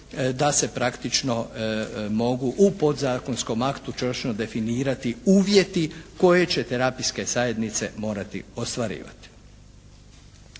da se praktično mogu u podzakonskom aktu točno definirati uvjeti koje će terapijske zajednice morati ostvarivati.